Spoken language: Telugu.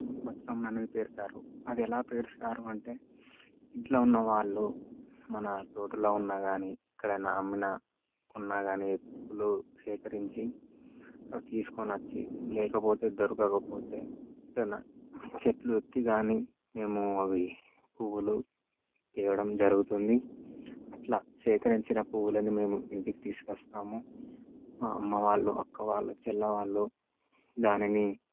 బతుకమ్మననేది పేరుస్తారు అదెలా పేరుస్తారు అంటే ఇంట్లో ఉన్న వాళ్ళు మన తోటలో ఉన్న గానీ ఎక్కడేనా అమ్మినా ఉన్నా గానీ పూలు సేకరించి తీసుకునొచ్చి లేకపోతే దొరకకపోతే గన చెట్లు ఎక్కి గానీ మేము అవి పువ్వులు చేయడం జరుగుతుంది అట్ల సేకరించిన పువ్వులని మేము ఇంటికి తీసుకొస్తాము మా అమ్మ వాళ్ళు అక్క వాళ్ళు చెల్లెవాళ్ళు దానిని